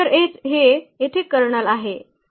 तर हे येथे कर्नल आहे